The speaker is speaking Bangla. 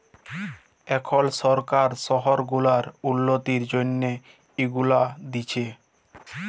এখল সরকার শহর গুলার উল্ল্যতির জ্যনহে ইগুলা দিছে